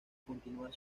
continuar